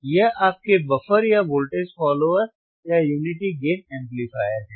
यह आपके बफर या वोल्टेज फॉलोवर या यूनिटी गेन एम्पलीफायर है